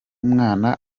mwana